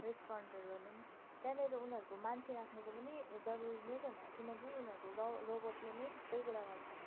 रेस्टुरेन्टहरू भनौँ त्यहाँनिर चाहिँ उनीहरूको मान्छे राख्नुको पनि जरुरी नै छैन किनकि उनीहरूको रो रोबोटले नै सबै कुरा गर्छ